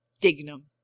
dignum